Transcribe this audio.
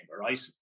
right